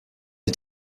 est